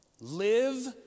live